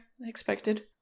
expected